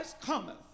cometh